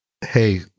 Hey